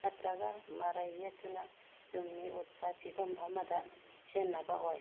ꯅꯠꯇ꯭ꯔꯒ ꯃꯔꯩ ꯌꯦꯠꯇꯨꯅ ꯆꯨꯝꯃꯤ ꯎꯠꯄ ꯐꯤꯚꯝ ꯑꯃꯗ ꯁꯤꯖꯤꯟꯅꯕ ꯑꯣꯏ